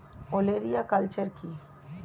ওলেরিয়া কালচার কি?